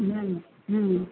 হুম হুম